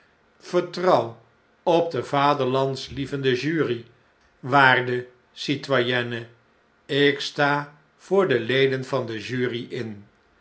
vertrouw op de vaderlandslievende jury waarde c i t o y e n n e ik sta voor de leden van de jury in